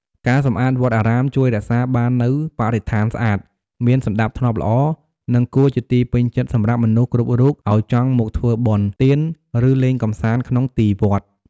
ការសម្អាតវត្តអារាម ជួយរក្សាបាននូវបរិស្ថានស្អាត មានសណ្តាប់ធ្នាប់ល្អ និងគួរជាទីពេញចិត្តសម្រាប់មនុស្សគ្រប់រូបឱ្យចង់មកធ្វើបុណ្យ ទានឫលេងកម្សាន្តក្នុងទីធ្លាវត្ត។